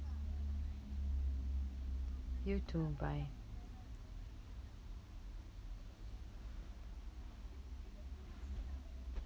you too bye